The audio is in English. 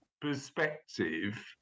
perspective